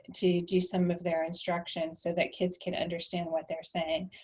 to do some of their instruction so that kids can understand what they're saying.